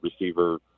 receiver